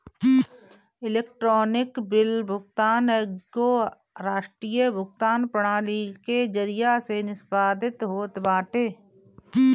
electronic bill भुगतान एगो राष्ट्रीय भुगतान प्रणाली के जरिया से निष्पादित होत बाटे